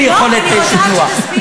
אין לי יכולת שכנוע.